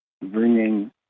bringing